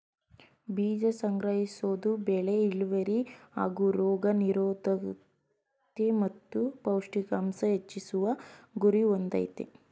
ಬೀಜ ಸಂಗ್ರಹಿಸೋದು ಬೆಳೆ ಇಳ್ವರಿ ಹಾಗೂ ರೋಗ ನಿರೋದ್ಕತೆ ಮತ್ತು ಪೌಷ್ಟಿಕಾಂಶ ಹೆಚ್ಚಿಸುವ ಗುರಿ ಹೊಂದಯ್ತೆ